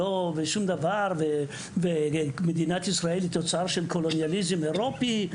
והשנייה היא שמדינת ישראל היא תוצאה של קולוניאליזם אירופי,